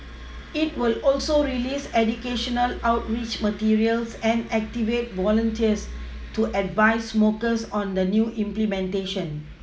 it will also release educational outreach materials and activate volunteers to advise smokers on the new implementation